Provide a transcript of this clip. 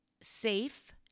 safe